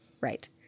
right